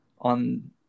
on